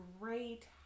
great